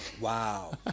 Wow